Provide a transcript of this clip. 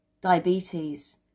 diabetes